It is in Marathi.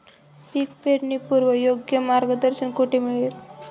पीक पेरणीपूर्व योग्य मार्गदर्शन कुठे मिळेल?